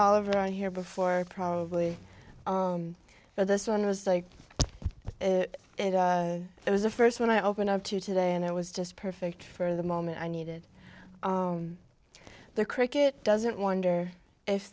all over on here before probably but this one was like it and i it was the first one i opened up to today and it was just perfect for the moment i needed the cricket doesn't wonder if